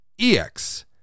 EX